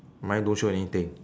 mine don't show anything